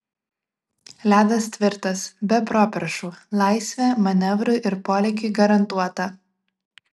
ledas tvirtas be properšų laisvė manevrui ir polėkiui garantuota